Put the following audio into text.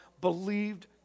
believed